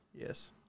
Yes